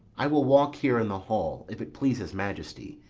i will walk here in the hall if it please his majesty,